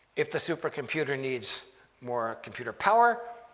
if the supercomputer needs more computer power,